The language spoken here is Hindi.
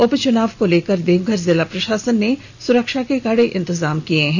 उपचुनाव को लेकर देवघर जिला प्रशासन ने सुरक्षा के कड़े इंतजाम किए हैं